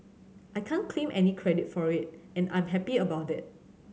I can't claim any credit for it and I'm happy about that